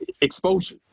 exposure